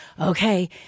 okay